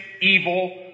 evil